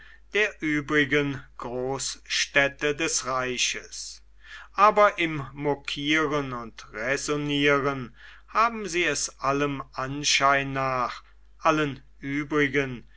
der übrigen großstädte des reiches aber im mokieren und räsonnieren haben sie es allem anschein nach allen übrigen